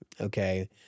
okay